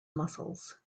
muscles